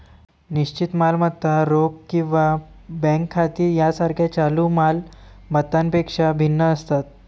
निश्चित मालमत्ता रोख किंवा बँक खाती यासारख्या चालू माल मत्तांपेक्षा भिन्न असतात